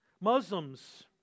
Muslims